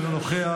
אינו נוכח,